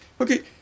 okay